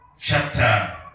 chapter